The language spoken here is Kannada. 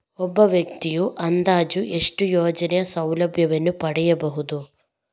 ಒಬ್ಬ ವ್ಯಕ್ತಿಯು ಅಂದಾಜು ಎಷ್ಟು ಯೋಜನೆಯ ಸೌಲಭ್ಯವನ್ನು ಪಡೆಯಬಹುದು?